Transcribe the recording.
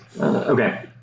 Okay